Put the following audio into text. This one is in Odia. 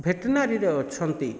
ଭେଟ୍ନାରୀରେ ଅଛନ୍ତି